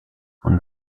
und